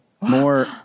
More